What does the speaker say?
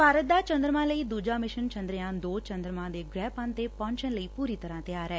ਭਾਰਤ ਦਾ ਚੰਦਰਮਾ ਲਈ ਦੂਜਾ ਮਿਸ਼ਨ ਚੰਦਰਯਾਨ ਦੋ ਚੰਦਰਮਾ ਦੇ ਗ੍ਹਿ ਪੰਧ ਤੇ ਪਹੁੰਚਣ ਲਈ ਪੁਰੀ ਤਰ੍ਜਾ ਤਿਆਰ ਐ